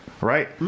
Right